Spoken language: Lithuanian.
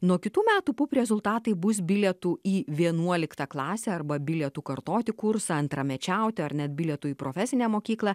nuo kitų metų pup rezultatai bus bilietu į vienuoliktą klasę arba bilietu kartoti kursą antramečiauti ar net bilietu į profesinę mokyklą